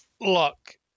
look